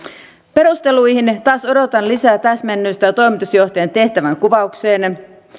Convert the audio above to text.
perusteluihin taas odotan lisää täsmennystä toimitusjohtajan tehtävänkuvaukseen